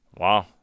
Wow